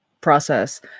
process